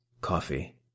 Coffee